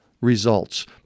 results